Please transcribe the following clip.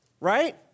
right